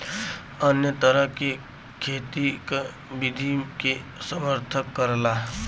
अन्य तरह क खेती क विधि के समर्थन करला